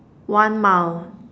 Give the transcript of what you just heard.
one mile